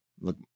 Look